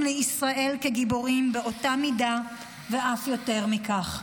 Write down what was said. לישראל כגיבורים באותה מידה ואף יותר מכך.